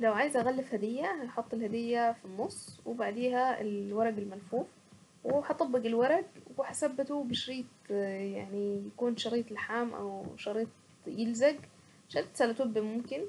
لو عايزة اغلف هدية هنحط الهدية في النص وبعديها الورق الملفوف وهطبق الورق وهثبته بشريط يعني يكون شريط لحام او شريط يلزق شريط سليتوب ممكن